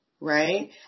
Right